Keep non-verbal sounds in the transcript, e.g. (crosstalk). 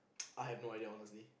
(noise) I have no idea honestly